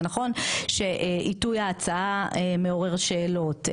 זה נכון שעיתוי ההצעה מעורר שאלות,